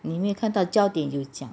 你没有看到焦点有讲